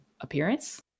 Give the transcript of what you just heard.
appearance